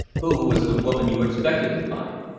who was the woman you expected to find?